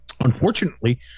unfortunately